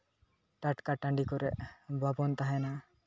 ᱴᱟᱴᱠᱟ ᱴᱟᱺᱰᱤ ᱠᱚᱨᱮ ᱵᱟᱵᱚᱱ ᱛᱟᱦᱮᱱᱟ